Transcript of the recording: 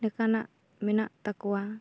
ᱞᱮᱠᱟᱱᱟᱜ ᱢᱮᱱᱟᱜ ᱛᱟᱠᱚᱭᱟ